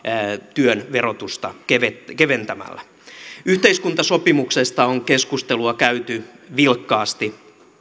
työn verotusta keventämällä yhteiskuntasopimuksesta on keskustelua käyty vilkkaasti